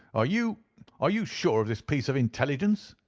are you are you sure of this piece of intelligence?